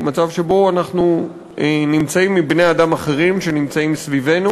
הוא מצב שבו אנחנו נמצאים עם בני-אדם אחרים שנמצאים סביבנו.